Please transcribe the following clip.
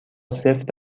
سفت